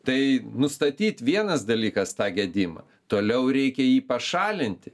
tai nustatyt vienas dalykas tą gedimą toliau reikia jį pašalinti